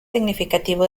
significativo